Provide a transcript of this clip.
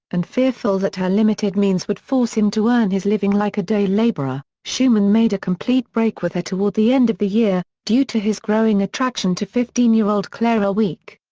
and fearful that her limited means would force him to earn his living like a day-labourer, schumann made a complete break with her toward the end of the year, due to his growing attraction to fifteen year old clara wieck.